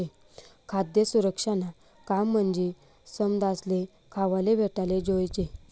खाद्य सुरक्षानं काम म्हंजी समदासले खावाले भेटाले जोयजे